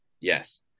Yes